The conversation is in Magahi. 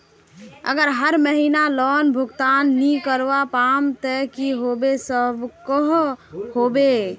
अगर हर महीना लोन भुगतान नी करवा पाम ते की होबे सकोहो होबे?